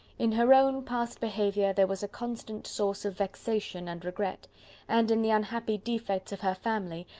in her own past behaviour, there was a constant source of vexation and regret and in the unhappy defects of her family,